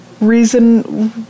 reason